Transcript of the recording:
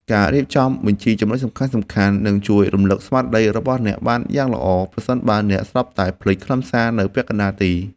ការរៀបចំបញ្ជីចំណុចសំខាន់ៗ នឹងជួយរំលឹកស្មារតីរបស់អ្នកបានយ៉ាងល្អ ប្រសិនបើអ្នកស្រាប់តែភ្លេចខ្លឹមសារនៅពាក់កណ្ដាលទី។